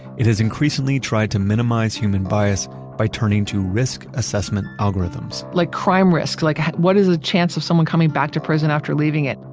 it has increasingly tried to minimize human bias by turning to risk assessment algorithms like crime risk. like what is the chance of someone coming back to prison after leaving it?